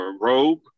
robe